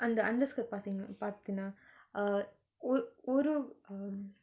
அந்த:antha underskirt பாத்திங்கனா பாத்தினா:paathingana paathina uh ஒரு ஒரு:oru oru um